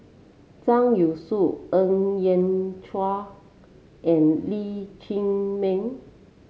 Zhang Youshuo Ng Yat Chuan and Lee Chiaw Meng